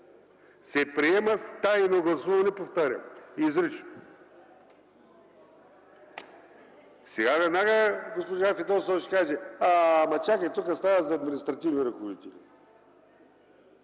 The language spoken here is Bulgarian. се приема с тайно гласуване, повтарям изрично. Сега веднага госпожа Фидосова ще каже: чакайте, тук става дума за административни ръководители.